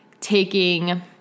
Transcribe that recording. taking